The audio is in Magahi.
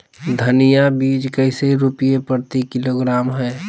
धनिया बीज कैसे रुपए प्रति किलोग्राम है?